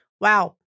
Wow